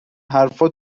حرفها